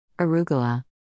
arugula